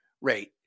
rate